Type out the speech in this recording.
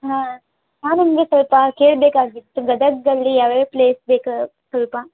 ಹಾಂ ನಾನು ನಿಮಗೆ ಸ್ವಲ್ಪ ಕೇಳಬೇಕಾಗಿತ್ತು ಗದಗದಲ್ಲಿ ಯಾವ್ಯಾವ ಪ್ಲೇಸ್ ಬೇಕು ಸ್ವಲ್ಪ